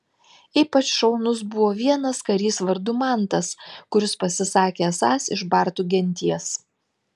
ypač šaunus buvo vienas karys vardu mantas kuris pasisakė esąs iš bartų genties